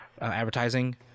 advertising